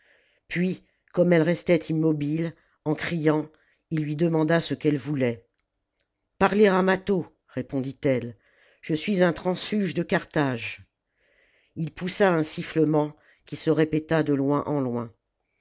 puis comme efle restait immobile en criant il lui demanda ce qu'efle voulait parler à mâtho répondit-elle je suis un transfuge de carthage ii poussa un sifflement qui se répéta de loin en loin